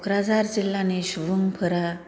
कक्राझार जिल्लानि सुबुंफोरा